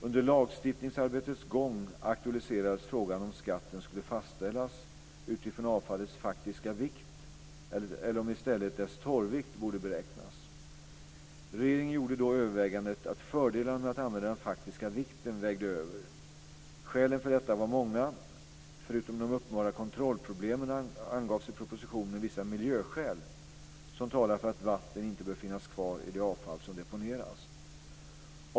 Under lagstiftningsarbetets gång aktualiserades frågan om skatten skulle fastställas utifrån avfallets faktiska vikt eller om i stället dess torrvikt borde beräknas. Regeringen gjorde då övervägandet att fördelarna med att använda den faktiska vikten vägde över. Skälen för detta var många. Förutom de uppenbara kontrollproblemen angavs i propositionen vissa miljöskäl, som talar för att vatten inte bör finnas kvar i det avfall som deponeras.